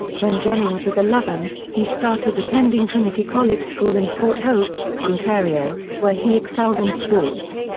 when jennings was eleven, he started attending trinity college school in port hope, ontario, where he excelled in sports.